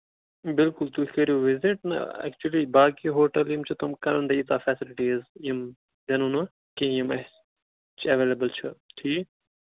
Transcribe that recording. بِلکُل تُہۍ کٔرِو وِزِٹ نہ ایٚکچُؤلی باقٕے ہوٹل یِم چھِ تِم کرن بیٚیہِ تَتھ فیسَلٹیٖز یِم پیٚنو نہٕ کِہینۍ یِم اَسہِ چھِ ایوٚلیبل چھُ ٹھیٖک